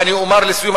ואני אומר לסיום,